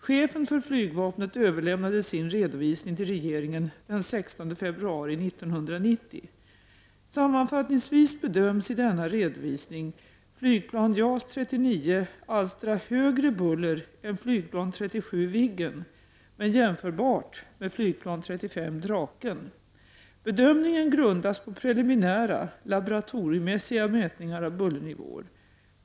Chefen för flygvapnet.överlämnade sin redovisning till regeringen den 16 februari 1990. Sammanfattningsvis bedöms i denna redovisning flygplan JAS 39 alstra högre buller än flygplan 37 Viggen, men jämförbart med flygplan 35 Draken. Bedömningen grundas på preliminära, laboratoriemässiga mätningar av bullernivåer.